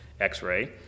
x-ray